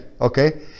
okay